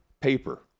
paper